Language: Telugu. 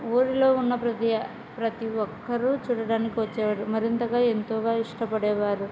ఊరిలో ఉన్న ప్రతి ప్రతి ఒకరు చూడడానికి వచ్చేవారు మరింతగా ఎంతో ఇష్టపడేవారు